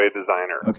designer